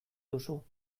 duzu